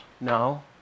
No